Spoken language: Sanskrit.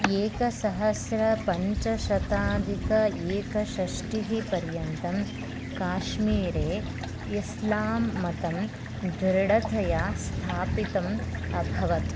एकसहस्रपञ्चशताधिक एकषष्टिः पर्यन्तं काश्मीरे ईस्लां मतं दृढतया स्थापितम् अभवत्